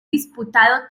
disputado